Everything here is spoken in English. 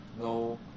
no